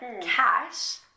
cash